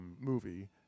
movie